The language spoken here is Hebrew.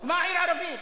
הוקמה עיר ערבית?